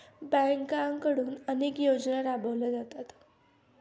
बँकांकडून अनेक योजना राबवल्या जातात